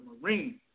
Marine